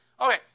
okay